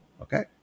okay